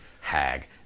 hag